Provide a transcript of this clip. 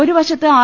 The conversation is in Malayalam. ഒരു വശത്ത് ആർ